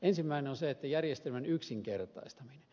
ensimmäinen on järjestelmän yksinkertaistaminen